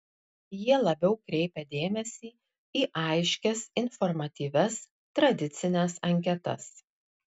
jie labiau kreipia dėmesį į aiškias informatyvias tradicines anketas